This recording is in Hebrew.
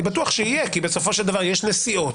אני בטוח שיהיה, כי בסופו של דבר יש נשיאות.